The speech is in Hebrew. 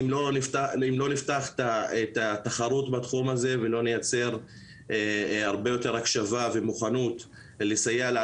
זה אמור לפתור את הבעיה לפחות לדורות הבאים ולמנוע את